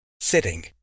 sitting